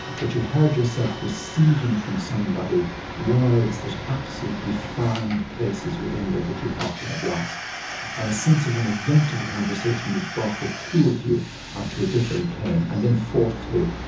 that you heard yourself receiving from somebody words that absolutely found places within you that you thought you had lost and a sense of an event of a conversation that brought the two of you onto a different plane, and then fourthly,